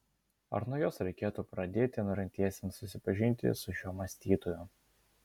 ar nuo jos reikėtų pradėti norintiesiems susipažinti su šiuo mąstytoju